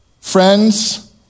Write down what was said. friends